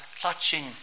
clutching